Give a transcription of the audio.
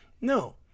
No